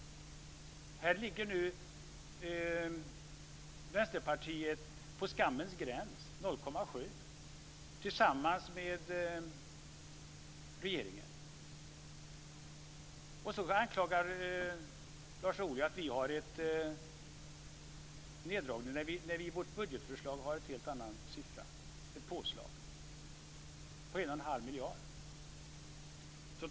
Här ligger nu Vänsterpartiet på skammens gräns, 0,7 %, tillsammans med regeringen. Och så anklagar Lars Ohly oss för neddragning när vi i vårt budgetförslag har en helt annan siffra, ett påslag på en och en halv miljard.